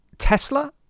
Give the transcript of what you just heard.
Tesla